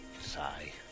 Sigh